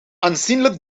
aanzienlijk